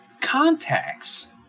contacts